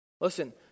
Listen